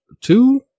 two